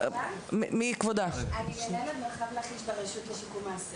אני מנהלת מרחב לכיש ברשות לשיקום האסיר.